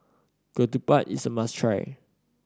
ketupat is a must try